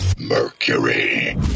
Mercury